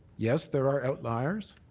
yes, there are outliers.